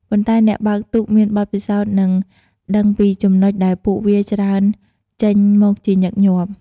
ប៉ុន្តែអ្នកបើកទូកមានបទពិសោធន៍នឹងដឹងពីចំណុចដែលពួកវាច្រើនចេញមកជាញឹកញាប់ ។